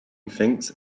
thinks